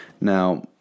Now